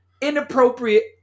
inappropriate